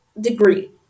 degree